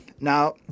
now